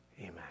Amen